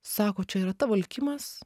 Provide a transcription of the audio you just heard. sako čia yra tavo likimas